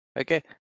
okay